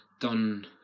done